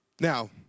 Now